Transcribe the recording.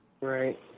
Right